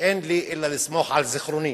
ואין לי אלא לסמוך על זיכרוני.